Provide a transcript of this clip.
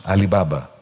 Alibaba